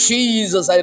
Jesus